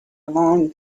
long